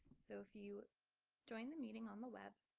so if you join the meeting on the web